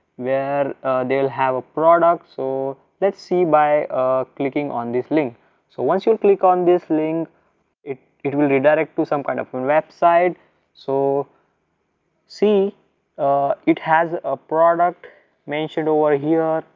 where they'll have a product. so let's see by clicking on this link so once you and click on this link it it will redirect to some kind of a and website. so see it has a product mentioned over here,